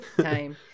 time